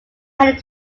headed